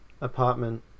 apartment